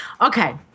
Okay